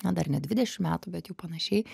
na dar ne dvidešim metų bet jau panašiai